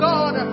God